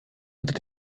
unter